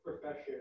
profession